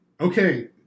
Okay